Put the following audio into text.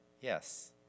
Yes